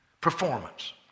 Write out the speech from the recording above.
Performance